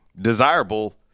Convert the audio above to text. desirable